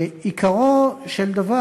עיקרו של דבר,